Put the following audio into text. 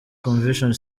convention